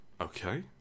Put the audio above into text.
Okay